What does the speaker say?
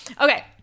Okay